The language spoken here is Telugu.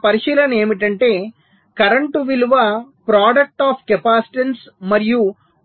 మా పరిశీలన ఏమిటంటే కరెంటు విలువ ప్రాడక్టు ఆఫ్ కెపాసిటన్స్ మరియు